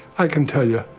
i can tell you,